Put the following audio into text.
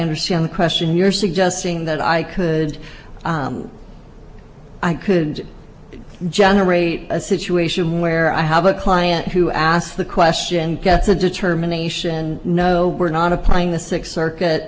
understand the question you're suggesting that i could i could generate a situation where i have a client who asked the question gets a determination no we're not applying the six circuit